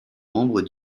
membres